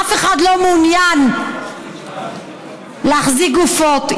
אף אחד לא מעוניין להחזיק גופות.